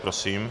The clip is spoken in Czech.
Prosím.